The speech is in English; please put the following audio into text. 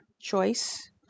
choice